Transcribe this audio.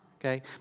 okay